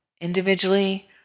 individually